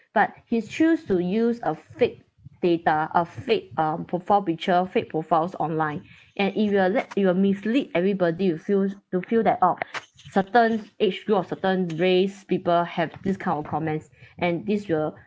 but he choose to use a fake data a fake uh profile picture fake profiles online and it will let it will mislead everybody to fuse to feel that oh certain age group of certain race people have this kind of comments and this will